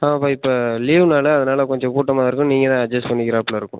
ஆமாம் இப்போ லீவுனாலே அதனால் கொஞ்சம் கூட்டமாக தான் இருக்கும் நீங்கள் தான் அட்ஜஸ்ட் பண்ணிக்கிறாப்புலே இருக்கும்